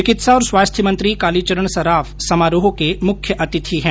चिकित्सा और स्वास्थ्य मंत्री कालीचरण सराफ समारोह के मुख्य अतिथि है